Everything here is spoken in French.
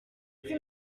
plus